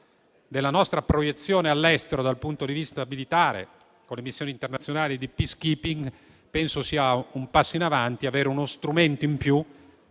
della nostra proiezione all'estero dal punto di vista militare, con le missioni internazionali di *peacekeeping*, al fine di avere uno strumento in più